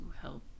help